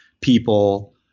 people